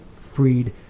freed